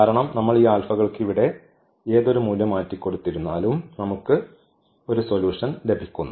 കാരണം നമ്മൾ ഈ ആൽഫകൾക്ക് ഇവിടെ ഏതൊരു മൂല്യം മാറ്റിക്കൊടുത്തു ഇരുന്നാലും നമുക്ക് ഒരു സൊല്യൂഷൻ ലഭിക്കുന്നു